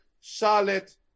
Charlotte